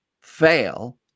fail